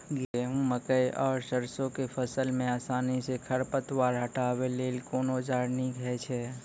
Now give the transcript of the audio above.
गेहूँ, मकई आर सरसो के फसल मे आसानी सॅ खर पतवार हटावै लेल कून औजार नीक है छै?